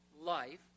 life